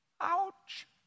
Ouch